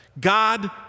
God